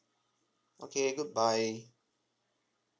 okay goodbye